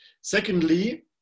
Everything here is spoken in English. Secondly